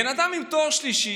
בן אדם עם תואר שלישי,